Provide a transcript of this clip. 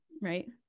right